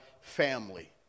family